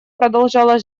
продолжала